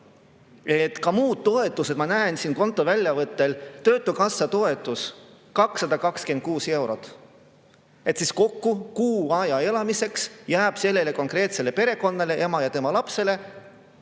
Ka muid toetuseid ma näen siin konto väljavõttel: töötukassa toetus 226 eurot. Kokku kuuks ajaks elamiseks jääb sellele konkreetsele perekonnale, emale ja tema lapsele,